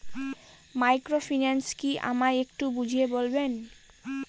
Microfinance কি আমায় একটু বুঝিয়ে বলবেন?